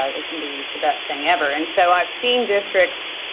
um it can be the best thing ever. and so, i've seen districts